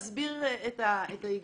אסביר את ההיגיון.